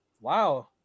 Wow